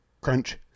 crunch